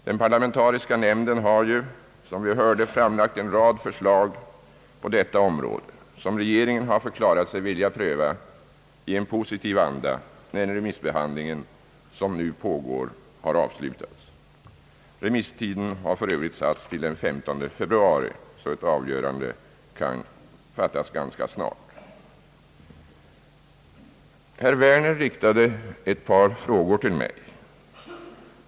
Den parlamentariska nämnden har ju, som vi hört, på detta område framlagt en rad förslag som regeringen har förklarat sig vilja pröva i positiv anda när remissbehandlingen, som nu pågår, har avslutats. Remisstiden utgår för övrigt den 15 februari, så att ett avgörande kan träffas ganska snart. Herr Werner riktade ett par frågor till mig.